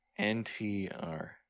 NTR